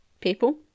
people